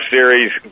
Series